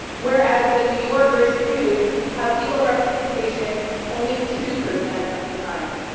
whereas the new yorkers sued have legal representation only two percent of the time.